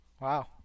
Wow